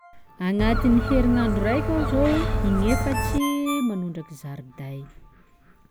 Agnatin'ny herignandro raiky aho zô in-efatsy manondraky zariday.